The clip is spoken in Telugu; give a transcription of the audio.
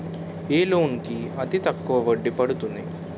ఏ లోన్ కి అతి తక్కువ వడ్డీ పడుతుంది?